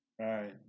Right